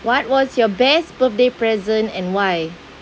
what was your best birthday present and why